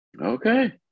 okay